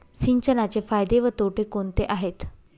सिंचनाचे फायदे व तोटे कोणते आहेत?